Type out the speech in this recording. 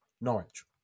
Norwich